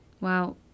Wow